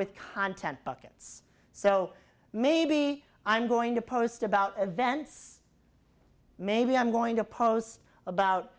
with content buckets so maybe i'm going to post about events maybe i'm going to post about